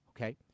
Okay